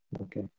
Okay